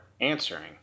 answering